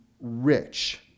rich